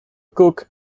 cook